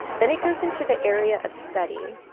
then it goes into the area of study.